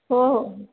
हो हो